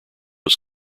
was